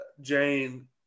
Jane